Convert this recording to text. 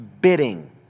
bidding